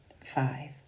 five